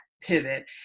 pivot